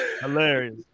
Hilarious